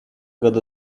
got